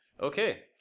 Okay